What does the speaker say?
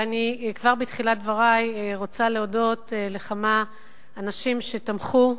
ואני כבר בתחילת דברי רוצה להודות לכמה אנשים שתמכו.